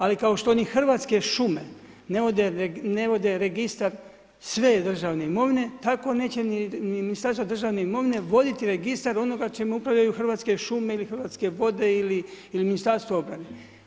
Ali kao što ni Hrvatske šume ne vode registar sve državne imovine tako neće ni Ministarstvo državne imovine voditi registar onoga čime upravljaju Hrvatske šume ili Hrvatske vode ili ministarstvo obrane.